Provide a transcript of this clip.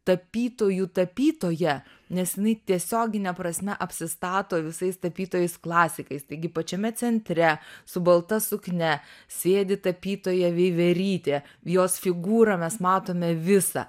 tapytojų tapytoja nes jinai tiesiogine prasme apsistato visais tapytojais klasikais taigi pačiame centre su balta suknia sėdi tapytoja veiverytė jos figūrą mes matome visą